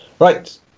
Right